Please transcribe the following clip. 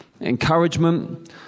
encouragement